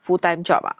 full time job ah